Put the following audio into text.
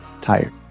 tired